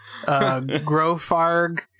Grofarg